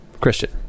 Christian